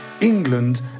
England